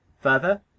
Further